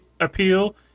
appeal